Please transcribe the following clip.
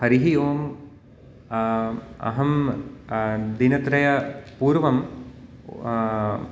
हरिः ओं अहं दिनत्रयपूर्वं